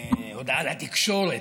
הודעה לתקשורת,